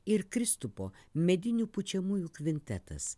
ir kristupo medinių pučiamųjų kvintetas